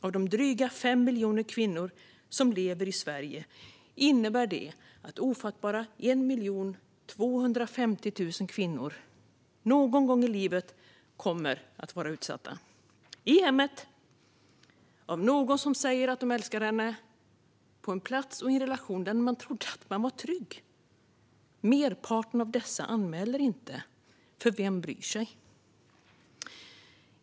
Av de drygt 5 miljoner kvinnor som lever i Sverige innebär det att ofattbara 1 250 000 kvinnor någon gång i livet kommer att vara utsatta i hemmet av personer som säger sig älska dem - på en plats och i en relation där man trodde att man var trygg. Merparten av dessa anmäler inte, för vem bryr sig?